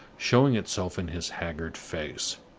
showing itself in his haggard face.